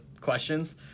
questions